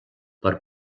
per